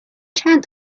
چند